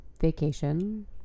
vacation